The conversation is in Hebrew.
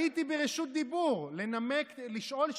הייתי ברשות דיבור, לנמק, לשאול שאלה.